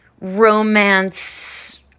romance